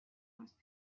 most